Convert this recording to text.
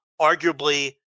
arguably